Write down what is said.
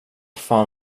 fan